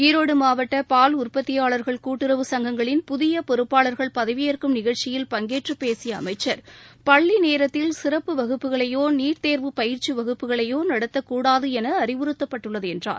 ஈரோடு மாவட்ட பால் உற்பத்தியாளர்கள் கூட்டுறவு சங்கங்களின் புதிய பொறுப்பாளர்கள் பதவியேற்கும் நிகழ்ச்சியில் பங்கேற்று பேசிய அமைச்சர் பள்ளி நேரத்தில் சிறப்பு வகுப்புகளையோ நீட் தேர்வு பயிற்சி வகுப்புகளையோ நடத்தக்கூடாது என அறிவுறுத்தப்பட்டுள்ளது என்றார்